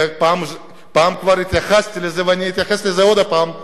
ופעם כבר התייחסתי לזה ואני אתייחס לזה עוד פעם,